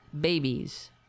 Babies